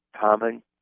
common